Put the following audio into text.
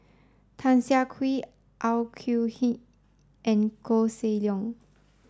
Tan Siah Kwee Au Yee and Koh Seng Leong